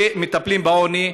שמטפלים בעוני.